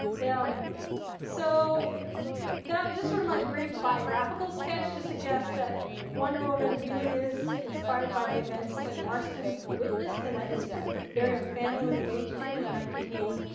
um so that was sort of my brief biographical sketch to suggest that wonder woman really is inspired by the events that marston witnessed, and that his very own family was engaged in in the nineteen